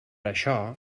això